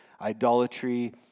idolatry